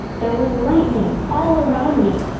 there was lightning all around me,